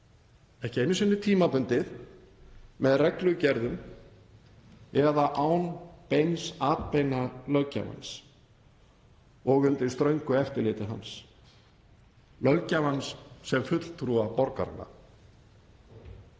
ekki einu sinni tímabundið, með reglugerðum eða án beins atbeina löggjafans og undir ströngu eftirliti hans, löggjafans sem fulltrúa borgaranna.